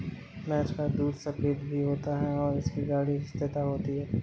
भैंस का दूध सफेद भी होता है और इसकी गाढ़ी स्थिरता होती है